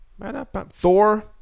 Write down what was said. Thor